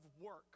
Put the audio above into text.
work